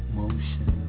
motion